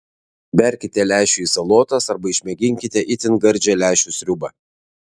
berkite lęšių į salotas arba išmėginkite itin gardžią lęšių sriubą